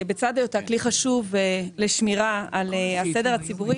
בצד היותה כלי חשוב לשמירה על הסדר הציבורי